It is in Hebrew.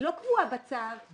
היא לא קבועה בצו.